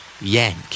Yank